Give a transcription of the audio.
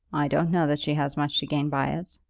i don't know that she has much to gain by it.